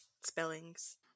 spellings